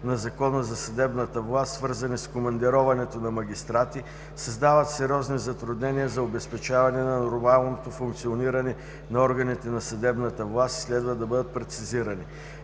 на Закона за съдебната власт, свързани с командироването на магистрати, създават сериозни затруднения за обезпечаване на нормалното функциониране на органите на съдебната власт и следва да бъдат прецизирани.